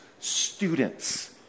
students